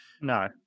No